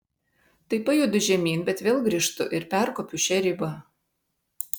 tai pajudu žemyn bet vėl grįžtu ir perkopiu šią ribą